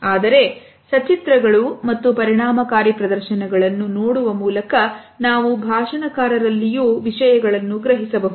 ಆದರೆ ಎಸ ಚಿತ್ರಗಳು ಮತ್ತು ಪರಿಣಾಮಕಾರಿ ಪ್ರದರ್ಶನಗಳನ್ನು ನೋಡುವ ಮೂಲಕ ನಾವು ಭಾಷಣಕಾರರಲ್ಲಿಯೂ ವಿಷಯಗಳನ್ನು ಗ್ರಹಿಸಬಹುದು